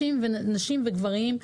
נשים וגברים,